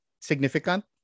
significant